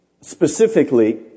specifically